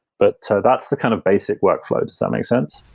but so that's the kind of basic workflow. does that make sense?